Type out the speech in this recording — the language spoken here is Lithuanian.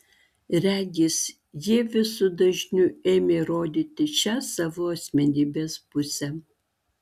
regis ji visu dažniu ėmė rodyti šią savo asmenybės pusę